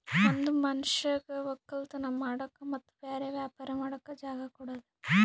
ಒಂದ್ ಮನಷ್ಯಗ್ ವಕ್ಕಲತನ್ ಮಾಡಕ್ ಮತ್ತ್ ಬ್ಯಾರೆ ವ್ಯಾಪಾರ ಮಾಡಕ್ ಜಾಗ ಕೊಡದು